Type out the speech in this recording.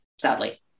sadly